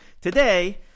today